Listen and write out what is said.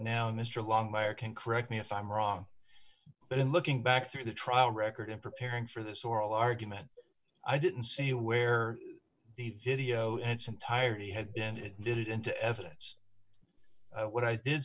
now mr long buyer can correct me if i'm wrong but in looking back through the trial record in preparing for this oral argument i didn't see where the video and its entirety had been did it into evidence what i did